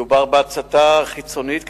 מדובר בהצתה חיצונית,